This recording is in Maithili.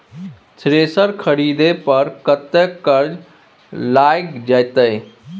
थ्रेसर खरीदे पर कतेक खर्च लाईग जाईत?